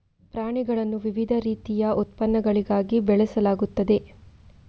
ಪ್ರಾಣಿಗಳನ್ನು ವಿವಿಧ ರೀತಿಯ ಉತ್ಪನ್ನಗಳಿಗಾಗಿ ಬೆಳೆಸಲಾಗುತ್ತದೆ